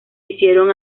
hicieron